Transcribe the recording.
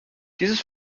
dieses